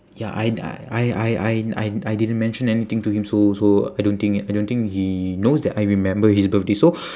ya I d~ I I I I I didn't mention anything to him so so I don't think I don't think he knows that I remember his birthday so